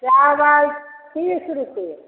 चाबल तीस रुपे